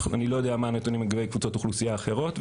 אני לא יודע מה הנתונים לגבי קבוצות אוכלוסייה אחרות.